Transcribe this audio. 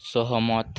ସହମତ